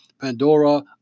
Pandora